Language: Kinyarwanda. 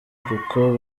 kuko